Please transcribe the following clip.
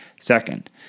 Second